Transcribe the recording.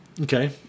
okay